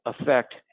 affect